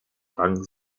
rang